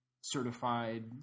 certified